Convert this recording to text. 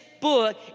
book